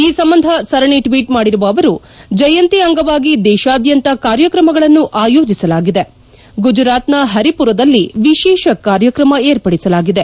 ಈ ಸಂಬಂಧ ಸರಣಿ ಟ್ವೀಟ್ ಮಾಡಿರುವ ಅವರು ಜಯಂತಿ ಅಂಗವಾಗಿ ದೇಶಾದ್ದಂತ ಕಾರ್ಯಕ್ರಮಗಳನ್ನು ಆಯೋಜಿಸಲಾಗಿದೆ ಗುಜರಾತ್ನ ಪರಿಮರದಲ್ಲಿ ವಿಶೇಷ ಕಾರ್ಯಕ್ರಮ ಏರ್ಪಡಿಸಲಾಗಿದೆ